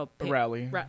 rally